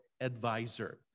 advisor